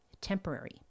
temporary